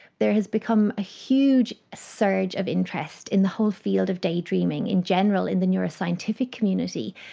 there has become a huge surge of interest in the whole field of daydreaming in general in the neuroscientific community,